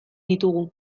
ditugu